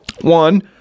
one